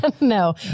No